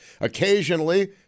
Occasionally